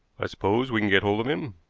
i suppose we can get hold of him?